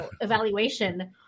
evaluation